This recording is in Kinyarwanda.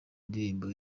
indirimbo